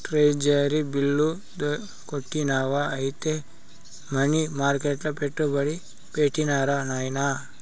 treasury bill కొంటివా ఐతే money మర్కెట్ల పెట్టుబడి పెట్టిరా నాయనా